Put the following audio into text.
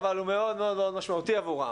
אבל הוא מאוד מאוד מאוד משמעותי עבורם.